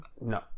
no